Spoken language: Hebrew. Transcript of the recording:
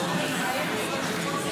היה לו ריאיון של 40 דקות,